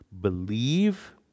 believe